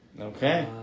Okay